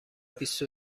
بیست